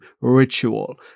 ritual